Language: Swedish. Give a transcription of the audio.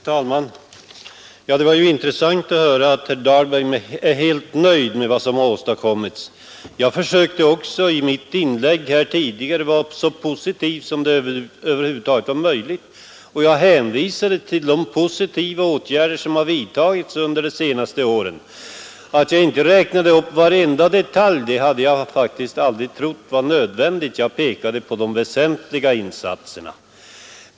Herr talman! Det var ju intressant att höra att herr Dahlberg är helt nöjd med vad som har åstadkommits. Jag försökte också i mitt inlägg tidigare vara så positiv som det över huvud taget var möjligt, och jag hänvisade till de åtgärder som har vidtagits under de senaste åren. Att jag inte räknade upp varenda detalj berodde på att jag faktiskt inte trodde att det skulle vara nödvändigt. Jag pekade på de väsentliga insatserna.